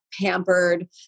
pampered